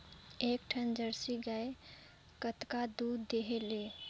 एक ठन जरसी गाय कतका दूध देहेल?